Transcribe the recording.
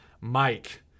mike